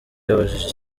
yabajije